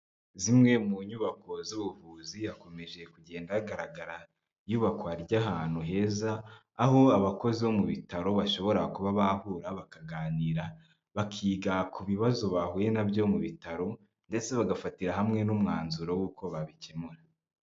Zimwe mu nyubako z'ubuvuzi hakomeje kugenda hagaragara iyubakwa ry'ahantu heza aho abakozi bo mu bitaro bashobora kuba bahura bakaganira, bakiga ku bibazo bahuye nabyo mu bitaro ndetse bagafatira hamwe n'umwanzuro w'uko babikemura.